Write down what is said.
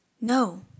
No